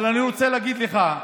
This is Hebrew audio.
אבל אני רוצה להגיד לך,